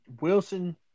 Wilson